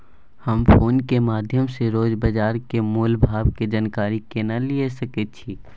हम फोन के माध्यम सो रोज बाजार के मोल भाव के जानकारी केना लिए सके छी?